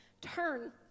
turn